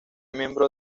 miembro